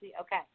Okay